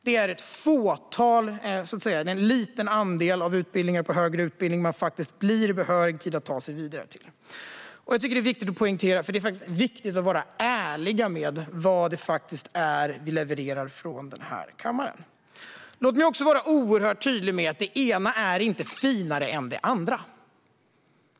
Det är en liten andel av högre utbildningar som man blir behörig att ta sig vidare till. Jag tycker att det är viktigt att poängtera det, för det är viktigt att vara ärlig med vad det är vi levererar från denna kammare. Låt mig också vara oerhört tydlig med att det ena inte är finare än det andra.